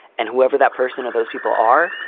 and whoever that person or those people are,